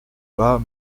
pas